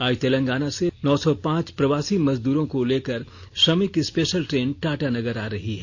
आज तेलंगाना से नौ सौ पांच प्रवासी मजदूरों को लेकर श्रमिक स्पेशल ट्रेन टाटानगर आ रही है